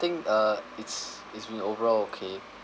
I think uh it's it's been overall okay